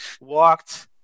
walked